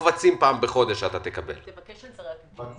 קבצים פעם בחודש, וגם הממשק.